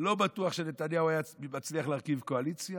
לא בטוח שנתניהו היה מצליח להרכיב קואליציה,